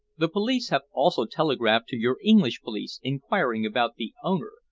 the police have also telegraphed to your english police inquiring about the owner,